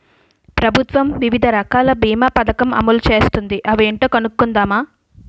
ప్రభుత్వం వివిధ రకాల బీమా పదకం అమలు చేస్తోంది అవేంటో కనుక్కుందామా?